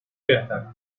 بهتره